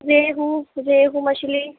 ریہو ریہو مچھلی